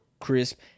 crisp